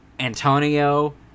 Antonio